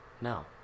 No